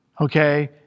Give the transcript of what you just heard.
okay